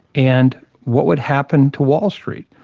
and what would happen to wall street?